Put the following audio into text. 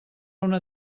una